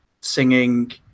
singing